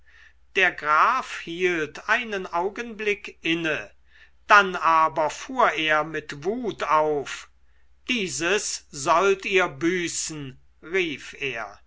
der graf hielt einen augenblick inne dann aber fuhr er mit wut auf dieses sollt ihr büßen rief er